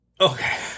Okay